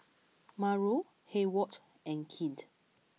Mauro Hayward and Clint